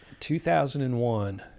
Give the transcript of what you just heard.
2001